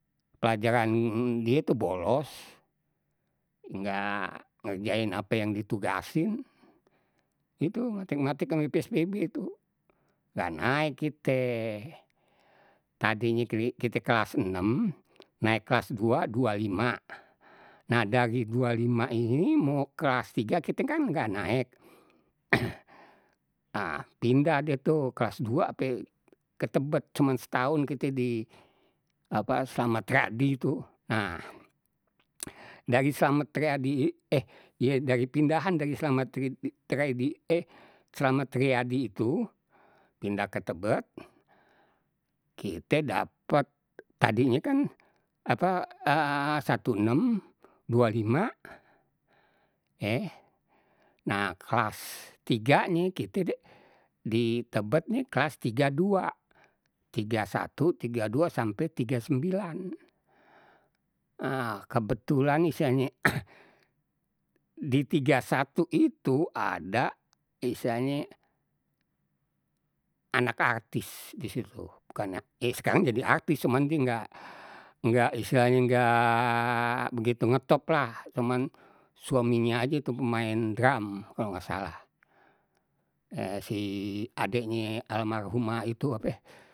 Pelajaran die tu bolos, nggak ngerjain apa yang ditugasin, itu matematik ama pspb tu, nggak naek kite. Tadinye ki kite kelas enem naik kelas dua, dua lima nah dari dua lima ini mau kelas tiga kite kan nggak naek, ah pindah deh tu kelas dua ape ke tebet cuman setahun kite di apa samatra di itu, nah dari slamet riyadi eh iye dari pindahan dari slamet rid raidi eh slamet riadi itu pindah ke tebet kite dapet tadinye kan apa satu enem, dua lima eh nah klas tiganye kite di tebetnye klas tiga dua, tga satu, tiga dua sampe tiga sembilan. Ah kebetulan istilahnye di tiga satu itu ada istilahnye anak artis disitu, bukannya eh sekarang jadi artis cuman die nggak istilahnye nggak begitu ngetop lah cuman suaminye aje tuh pemain drum kalau nggak salah, eh si adeknye almarhumah itu ape.